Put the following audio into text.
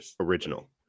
original